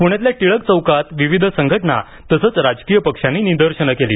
पुण्यातल्या टिळक चौकात विविध संघटना तसंच राजकीय पक्षांनी निदर्शनं केली